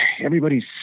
everybody's